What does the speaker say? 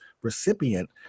recipient